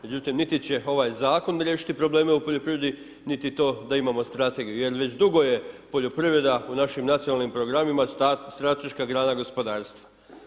Međutim, niti će ovaj Zakon riješiti probleme u poljoprivredi niti to da imamo strategiju, jer već dugo je poljoprivreda u našim nacionalnim programima strateška grana gospodarstva.